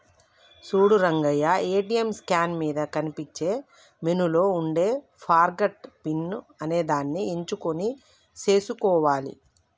చూడు Rangayya ATM screen మీద కనిపించే మెనూలో ఉండే ఫర్గాట్ పిన్ అనేదాన్ని ఎంచుకొని సేసుకోవాలి